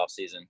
offseason